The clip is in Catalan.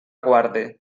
guarde